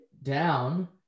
down